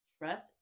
Trust